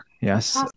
Yes